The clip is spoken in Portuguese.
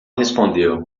respondeu